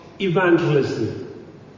evangelism